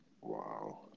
Wow